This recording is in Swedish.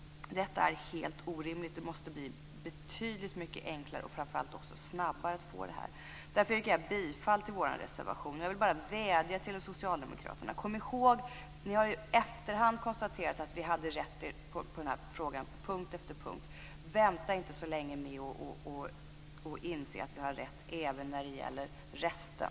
Detta är helt orimligt. Det måste bli betydligt mycket enklare, och det måste framför allt gå mycket snabbare att få F-skattsedel. Därför yrkar jag bifall till vår reservation. Jag vill vädja till Socialdemokraterna. Ni har ju i efterhand konstaterat att vi hade rätt på punkt efter punkt i denna fråga. Vänta inte så länge med att inse att vi har rätt även när det gäller resten!